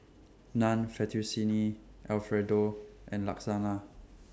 Naan Fettuccine Alfredo and Lasagna